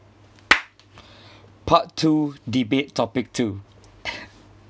part two debate topic two